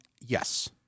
yes